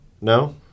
no